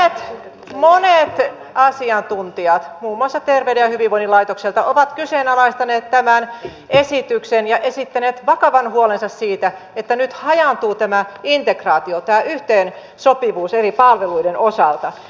monet monet asiantuntijat muun muassa terveyden ja hyvinvoinnin laitokselta ovat kyseenalaistaneet tämän esityksen ja esittäneet vakavan huolensa siitä että nyt hajaantuu tämä integraatio tämä yhteensopivuus eri palveluiden osalta